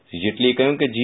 શ્રી જેટલીએ કહ્યું કે જી